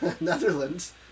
Netherlands